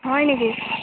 হয় নেকি